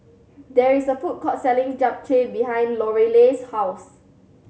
there is a food court selling Japchae behind Lorelei's house